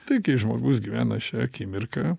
tai kai žmogus gyvena šia akimirka